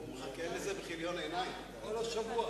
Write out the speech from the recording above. הוא מחכה לזה בכיליון עיניים, כל השבוע.